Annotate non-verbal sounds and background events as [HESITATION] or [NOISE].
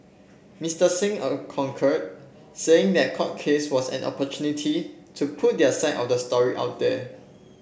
Mister Singh [HESITATION] concurred saying the court case was an opportunity to put their side of the story out there